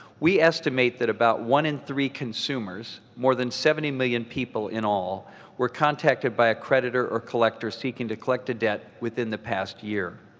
we estimate that about one in three consumers more than seventy million people in all were contacted by a creditor or collector seeking to collect a debt within the past year.